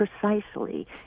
Precisely